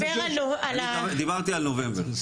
דיברתי על נובמבר.